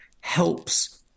helps